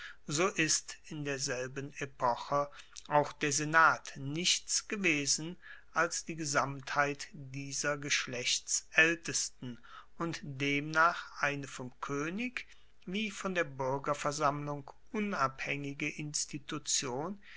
so ist in derselben epoche auch der senat nichts gewesen als die gesamtheit dieser gechlechtsaeltesten und demnach eine vom koenig wie von der buergerversammlung unabhaengige institution